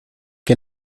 que